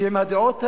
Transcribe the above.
עם הדעות האלה,